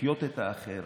לחיות את האחר,